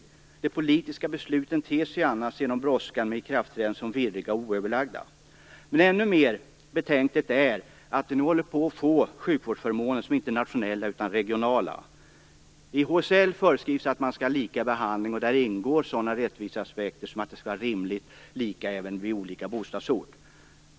Annars ter sig ju de politiska beslutet, genom brådskan med ikraftträdandet, som virriga och oöverlagda. Men ännu mer betänkligt är att vi nu håller på att få sjukvårdsförmåner som inte är nationella utan regionala. I HSL föreskrivs att man skall ha lika behandling, och där ingår sådana rättviseaspekter som att den skall vara rimligt lika även vid olika bostadsort.